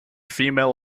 female